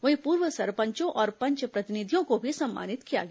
वहीं पूर्व सरपंचों और पंच प्रतिनिधियों को भी सम्मानित किया गया